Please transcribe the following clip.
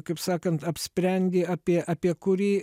kaip sakant apsprendi apie apie kurį